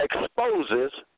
exposes